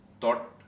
thought